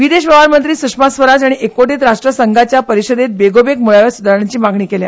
विदेश वेव्हार मंत्री सुषमा स्वराज हांणी एकवटीत राष्ट्र संघाच्या परिशदेंत बेगोबेग मुळाव्या सुदारणाची मागणी केल्या